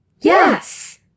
Yes